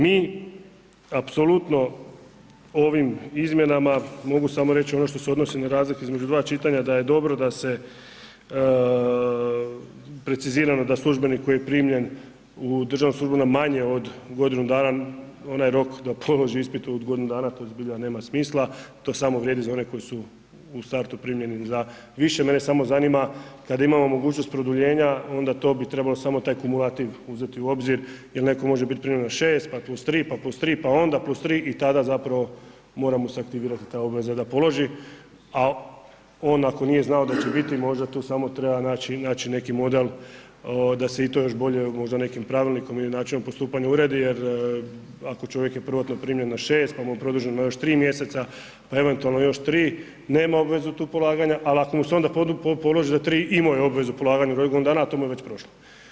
Mi apsolutno ovim izmjenama, mogu samo reći na ono što se odnosi na razliku između dva čitanja, da je dobro da se precizirano da službenik koji je primljen u državnu službu manje od godinu dana, onaj rok da položi ispit u godinu dana, to zbilja nema smisla, to samo vrijedi za one koji su u startu primljeni za više, mene samo zanima kada imamo mogućnost produljenja onda to bi trebalo samo taj kumulativu uzeti u obzir jer netko može biti primljen na 6 pa plus 3 pa plus 3 pa onda plus 3 i tada zapravo mora mu se aktivirati ta obveza da položi a on ako nije znao da će biti, možda tu samo treba naći neki model da se i to još bolje možda nekim pravilnikom ili način postupanja uredi jer ako čovjek je prvotno primljen na 6 pa mu je produženo na još 3 mj. pa eventualno još 3, nema obvezu tu polaganja, ali ako mu se onda položi za 3, imao je obvezu polaganju u roku godinu dana a to mu je već prošlo.